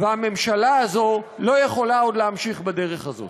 והממשלה הזאת לא יכולה עוד להמשיך בדרך הזאת.